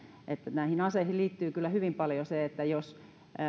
näihin aseisiin liittyy kyllä hyvin paljon se